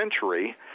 century